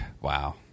Wow